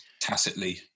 tacitly